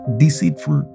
deceitful